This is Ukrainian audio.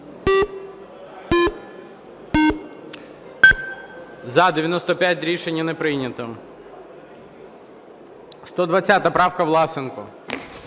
За-84 Рішення не прийнято. 523 правка, Власенко.